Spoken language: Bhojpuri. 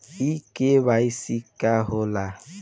इ के.वाइ.सी का हो ला?